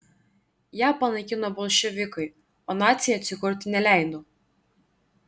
ją panaikino bolševikai o naciai atsikurti neleido